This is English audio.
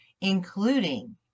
including